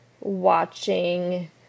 watching